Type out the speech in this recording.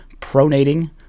pronating